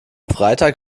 freitag